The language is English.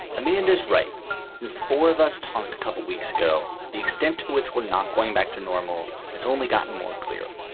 amanda's right since the four of us talked a couple of weeks ago. the extent to which we're not going back to normal has only gotten more clear.